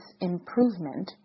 improvement